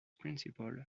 principal